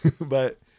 but-